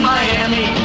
Miami